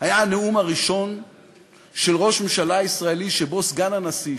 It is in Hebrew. היה הנאום הראשון של ראש ממשלה ישראלי שבו סגן הנשיא,